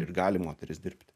ir gali moteris dirbti